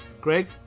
Greg